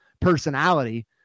Personality